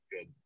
Good